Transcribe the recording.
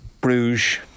Bruges